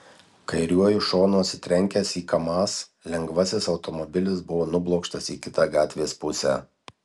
kairiuoju šonu atsitrenkęs į kamaz lengvasis automobilis buvo nublokštas į kitą gatvės pusę